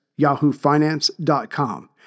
YahooFinance.com